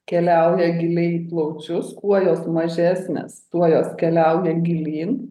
keliauja giliai į plaučius kuo jos mažesnės tuo jos keliauja gilyn